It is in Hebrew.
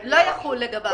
לא יחול.